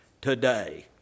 today